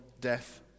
death